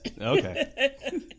Okay